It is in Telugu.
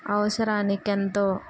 అవసరానికెంతో